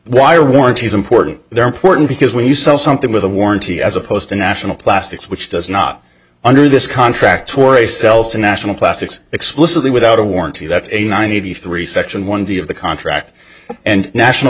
are warranties important they're important because when you sell something with a warranty as opposed to national plastics which does not this contract for a sells to national plastics explicitly without a warranty that's a nine hundred three section one day of the contract and national